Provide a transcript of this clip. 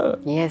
Yes